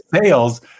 sales